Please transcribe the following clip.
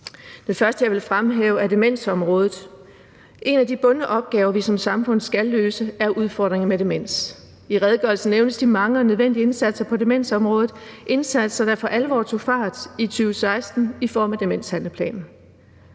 Det første, jeg vil fremhæve, er demensområdet. En af de bundne opgaver, vi som samfund skal løse, er udfordringer med demens. I redegørelsen nævnes de mange og nødvendige indsatser på demensområdet; indsatser, der for alvor tog fart i 2016 i form af demenshandleplanen.